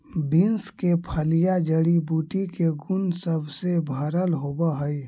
beans के फलियां जड़ी बूटी के गुण सब से भरल होब हई